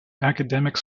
academic